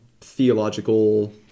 theological